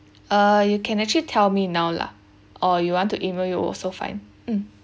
uh you can actually tell me now lah or you want to E-mail you will also fine